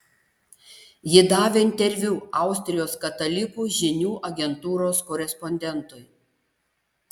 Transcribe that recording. ji davė interviu austrijos katalikų žinių agentūros korespondentui